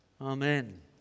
Amen